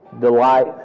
Delight